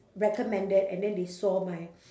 recommended and then they saw my